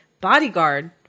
bodyguard